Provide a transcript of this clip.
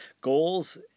goals